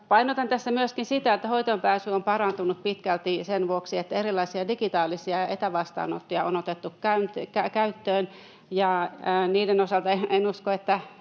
Painotan tässä myöskin sitä, että hoitoonpääsy on parantunut pitkälti sen vuoksi, että erilaisia digitaalisia ja etävastaanottoja on otettu käyttöön. Niiden osalta en usko, että